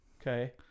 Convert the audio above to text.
okay